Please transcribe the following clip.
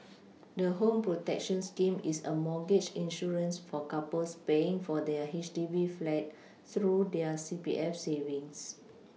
the home protection scheme is a mortgage insurance for couples paying for their H D B flat through their C P F savings